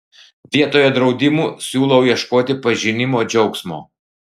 vietoje draudimų siūlau ieškoti pažinimo džiaugsmo